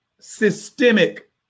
systemic